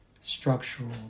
structural